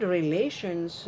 relations